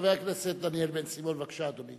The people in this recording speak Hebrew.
חבר הכנסת דניאל בן-סימון, בבקשה, אדוני.